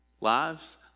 lives